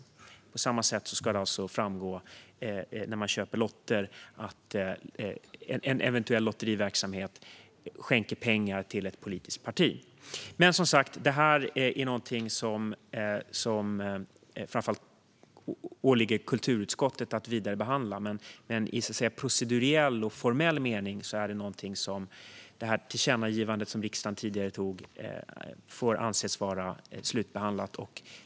På samma sätt ska det framgå när man köper lotter att en eventuell lotteriverksamhet skänker pengar till ett politiskt parti. Det åligger framför allt kulturutskottet att vidare behandla detta, men i proceduriell och formell mening får det tillkännagivande som riksdagen lämnat tidigare anses vara slutbehandlat.